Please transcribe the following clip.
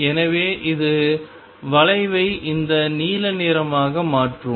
எனவே இது வளைவை இந்த நீல நிறமாக மாற்றும்